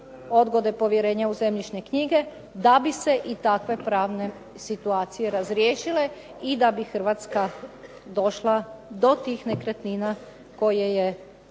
odgode povjerenja u zemljišne knjige da bi se i takve pravne situacije razriješile i da bi Hrvatska došla do tih nekretnina koje je